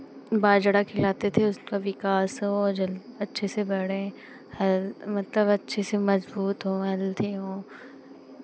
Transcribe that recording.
बाजड़ा खिलाते थे उसका विकास हो वो जल्दी अच्छे से बढ़े हेल्थ मतलब अच्छे से मज़बूत हों हेल्दी हो